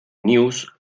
news